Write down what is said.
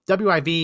WIV